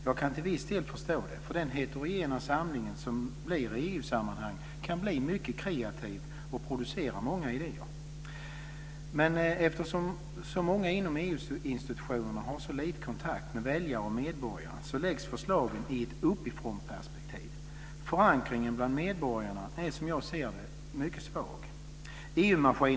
Jag kan till viss del förstå det, för den heterogena samling som det blir i EU-sammanhang kan bli mycket kreativ och producera många idéer. Men eftersom så många inom EU-institutionerna har så lite kontakt med väljare och medborgare läggs förslagen i ett uppifrånperspektiv. Förankringen bland medborgarna är, som jag ser det, mycket svag.